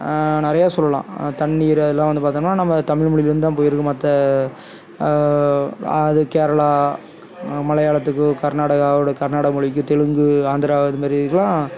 நிறையா சொல்லலாம் தண்ணிர் அதெலாம் வந்து பார்த்தம்ன்னா நம்ம தமிழ் மொழியில் இருந்து தான் போயிருக்கு மற்ற அது கேரளா மலையாளத்துக்கு கர்நாடகாவுடைய கர்நாடக மொழிக்கு தெலுங்கு ஆந்திரா இதுமாதிரிலா